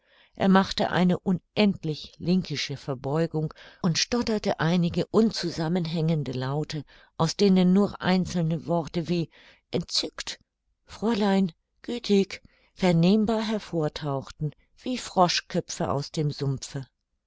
er machte eine unendlich linkische verbeugung und stotterte einige unzusammenhängende laute aus denen nur einzelne worte wie entzückt fräulein gütig vernehmbar hervor tauchten wie froschköpfe aus dem sumpfe